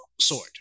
sword